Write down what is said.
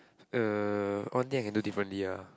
uh one thing I can do differently ah